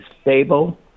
stable